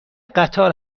قطار